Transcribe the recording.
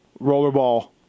Rollerball